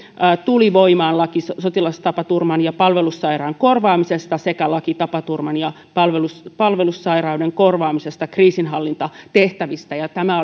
tuli voimaan laki sotilastapaturman ja palvelussairauden korvaamisesta sekä laki tapaturman ja palvelussairauden korvaamisesta kriisinhallintatehtävässä tämä